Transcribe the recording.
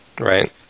right